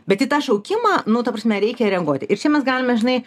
bet į tą šaukimą nu ta prasme reikia reaguoti ir čia mes galime žinai